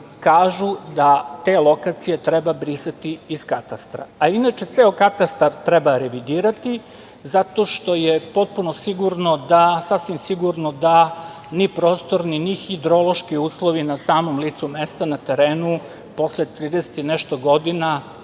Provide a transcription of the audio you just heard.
kažu da te lokacije treba brisati iz Katastra. Inače, ceo Katastar treba revidirati zato što je sasvim sigurno da ni prostorni, ni hidrološki uslovi na samom licu mesta, na terenu posle 30 i nešto godina